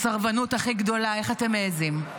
הסרבנות הכי גדולה, איך אתם מעיזים.